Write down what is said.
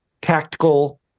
tactical